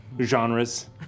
genres